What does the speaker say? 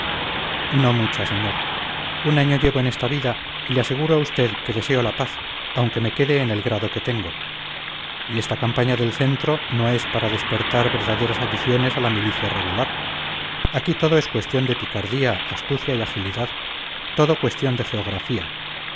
no mucha señor un año llevo en esta vida y le aseguro a usted que deseo la paz aunque me quede en el grado que tengo y esta campaña del centro no es para despertar verdaderas aficiones a la milicia regular aquí todo es cuestión de picardía astucia y agilidad todo cuestión de geografía